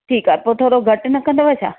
ठीकु आहे पोइ थोरो घटि न कंदव छा